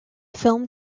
film